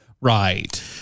right